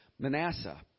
Manasseh